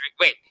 Wait